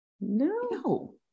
no